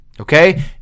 Okay